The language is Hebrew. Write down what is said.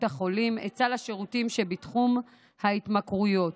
החולים את סל השירותים שבתחום ההתמכרויות.